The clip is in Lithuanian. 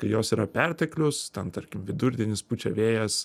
kai jos yra perteklius ten tarkim vidurdienis pučia vėjas